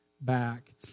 back